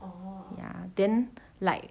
ya then like